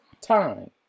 time